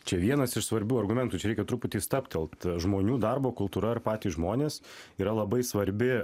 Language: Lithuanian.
čia vienas iš svarbių argumentų čia reikia truputį stabtelt žmonių darbo kultūra ir patys žmonės yra labai svarbi